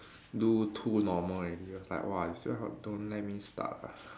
do too normal already it was like !wah! you still don't let me start ah